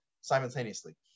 simultaneously